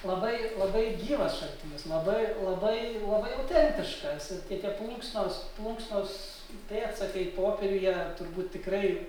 labai labai gyvas šaltinis labai labai labai autentiškas ir tie tie plunksnos plunksnos pėdsakai popieriuje turbūt tikrai